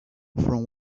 from